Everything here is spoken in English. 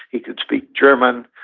he could speak german.